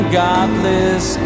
godless